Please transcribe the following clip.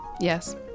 Yes